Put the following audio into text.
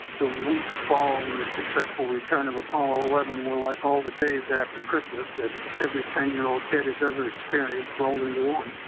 the weeks following the successful return of apollo eleven were like all the days after christmas that every ten-year-old kid has ever experienced rolled into one.